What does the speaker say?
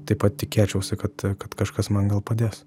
taip pat tikėčiausi kad kad kažkas man gal padės